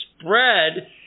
spread